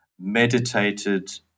meditated